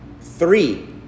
three